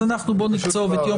אז נקצוב את יום